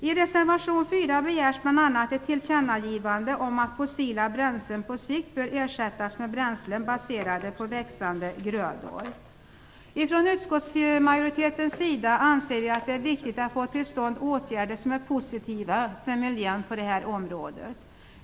I reservation 4 begärs bl.a. ett tillkännagivande om att fossila bränslen på sikt bör ersättas med bränslen baserade på växande grödor. Utskottsmajoriteten anser att det är viktigt att få till stånd åtgärder som är positiva för miljön på detta område.